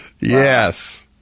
Yes